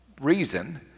reason